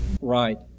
Right